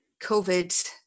COVID